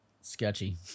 sketchy